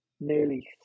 nearly